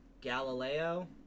Galileo